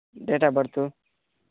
date of birth